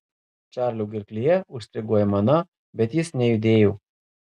čarlio gerklėje užstrigo aimana bet jis nejudėjo